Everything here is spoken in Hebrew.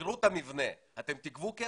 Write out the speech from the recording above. שכירות המבנה, אתם תגבו כסף?